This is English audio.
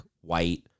white